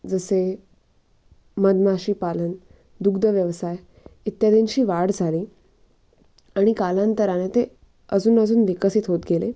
जसे मधमाशीपालन दुग्धव्यवसाय इत्यादींची वाढ झाली आणि कालांतराने ते अजून अजून विकसित होत गेले